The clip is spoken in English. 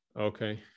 Okay